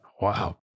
Wow